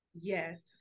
Yes